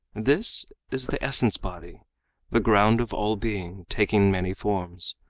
this is the essence-body, the ground of all being, taking many forms,